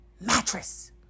mattress